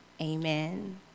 amen